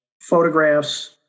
photographs